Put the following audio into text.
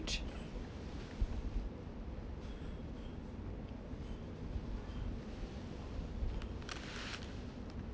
which